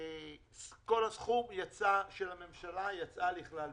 מכל הסכום של הממשלה יצא לכלל ביצוע.